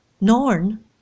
Norn